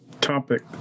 topic